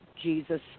Jesus